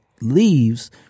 leaves